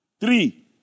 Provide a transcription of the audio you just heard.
Three